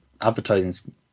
advertising